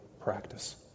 practice